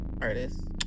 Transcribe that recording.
artist